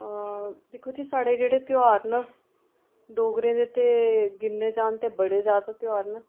दिक्खो जी साढ़े जेह्ड़े त्यौहार न डोगरें दे ते गिनने च आन तां बड़े ज्यादा त्यौहार न